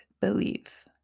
believe